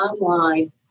online